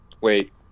wait